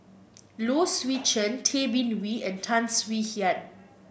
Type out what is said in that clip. Low Swee Chen Tay Bin Wee and Tan Swie Hian